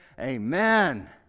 Amen